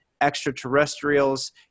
extraterrestrials